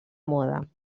moda